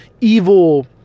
evil